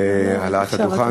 העלאת הדוכן.